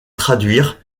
traduire